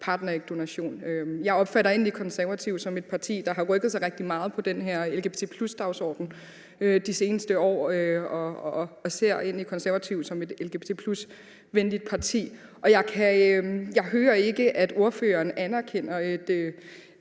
partnerægdonation. Jeg opfatter egentlig Konservative som et parti, der har rykket sig rigtig meget på den her lgbt+-dagsorden de seneste år, og ser egentlig Konservative som et lgbt+-venligt parti. Jeg hører ikke, at ordføreren anerkender de